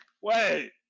Wait